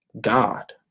God